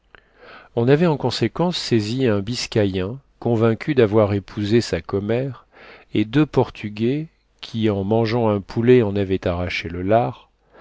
on avait en conséquence saisi un biscayen convaincu d'avoir épousé sa commère et deux portugais qui en mangeant un poulet en avaient arraché le lard